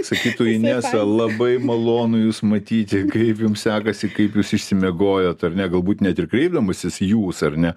sakytų inesa labai malonu jus matyti kaip jums sekasi kaip jūs išsimiegojot ar ne galbūt net ir kreipdamasis jūs ar ne